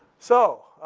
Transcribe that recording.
so,